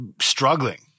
struggling